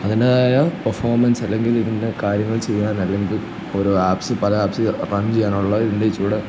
അതിൻറ്റേതായ പെർഫോമൻസ് അല്ലെങ്കിൽ ഇതിൻ്റെ കാര്യങ്ങൾ ചെയ്യാനല്ലെങ്കിൽ ഓരോ ആപ്പ്സ് പല ആപ്പ്സ് പഞ്ച് ചെയാനുള്ള ഇതിൻ്റെ ഇച്ചിരൂടെ